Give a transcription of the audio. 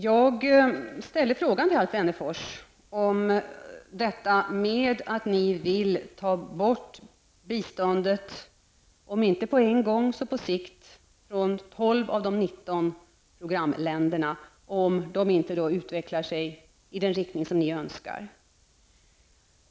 Jag ställde frågan till Alf Wennerfors om detta med att ni vill ta bort biståndet -- om inte på en gång så på sikt -- från 12 av de 19 programländerna, om de inte utvecklar sig i den riktning ni önskar.